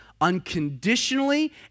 unconditionally